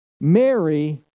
Mary